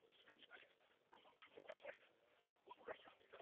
screen scraped from a bunch of websites of restaurants